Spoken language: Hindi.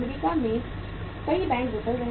अमेरिका में कई बैंक विफल रहे